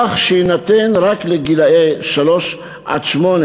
כך שיינתן רק לגילאי שלוש עד שמונה